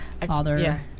father